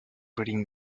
reading